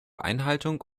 einhaltung